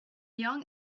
young